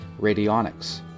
radionics